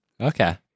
Okay